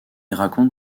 raconte